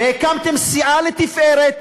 והקמתם סיעה לתפארת,